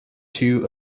two